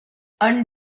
and